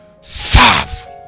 serve